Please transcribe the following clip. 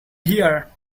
hear